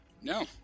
No